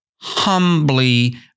humbly